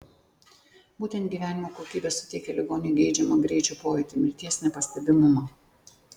būtent gyvenimo kokybė suteikia ligoniui geidžiamą greičio pojūtį mirties nepastebimumą